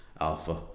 Alpha